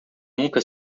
nunca